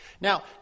Now